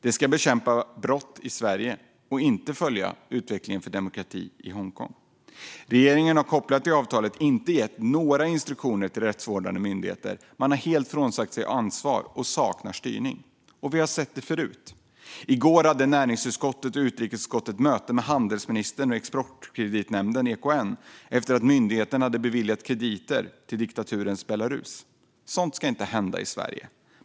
De ska bekämpa brott i Sverige och inte följa utvecklingen för demokrati i Hongkong. Regeringen har kopplat till avtalet inte gett några instruktioner till rättsvårdande myndigheter. Man har helt frånsagt sig ansvar och styr inte. Vi har sett det förut. I går hade näringsutskottet och utrikesutskottet möte med handelsministern och Exportkreditnämnden, EKN, efter att myndigheten hade beviljat krediter till diktaturens Belarus. Sådant ska inte hända i Sverige.